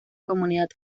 comunidad